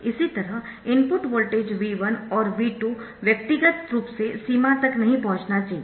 इसी तरह input voltage V1 और V2 व्यक्तिगत रूप से सीमा तक नहीं पहुंचना चाहिए